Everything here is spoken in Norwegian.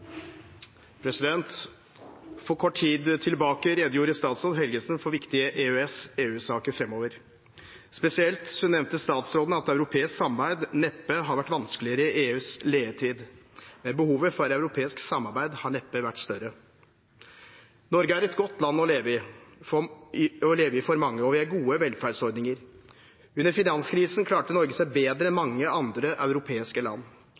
For kort tid siden redegjorde statsråd Helgesen for viktige EØS- og EU-saker framover. Spesielt nevnte statsråden at europeisk samarbeid neppe har vært vanskeligere i EUs levetid, men behovet for europeisk samarbeid har neppe vært større. Norge er et godt land å leve i for mange, og vi har gode velferdsordninger. Under finanskrisen klarte Norge seg bedre enn mange andre europeiske land.